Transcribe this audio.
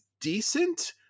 decent